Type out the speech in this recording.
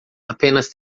apenas